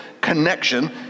connection